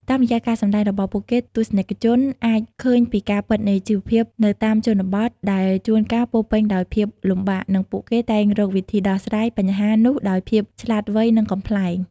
តាមរយៈការសម្ដែងរបស់ពួកគេ ទស្សនិកជនអាចឃើញពីការពិតនៃជីវភាពនៅតាមជនបទ ដែលជួនកាលពោរពេញដោយភាពលំបាក តែពួកគេតែងរកវិធីដោះស្រាយបញ្ហានោះដោយភាពឆ្លាតវៃ និងកំប្លែង។